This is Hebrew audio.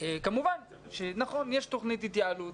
כמובן שנכון יש תוכנית התייעלות,